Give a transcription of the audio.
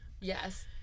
yes